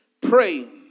praying